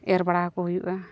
ᱮᱨ ᱵᱟᱲᱟ ᱠᱚ ᱦᱩᱭᱩᱜᱼᱟ